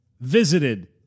visited